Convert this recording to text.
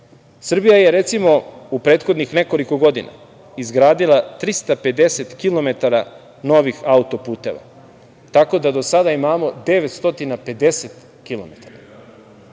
Srbija je u prethodnih nekoliko godina izgradila 350 km novih auto-puteva, tako da do sada imamo 950 km.